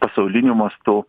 pasauliniu mastu